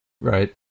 Right